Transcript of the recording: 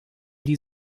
die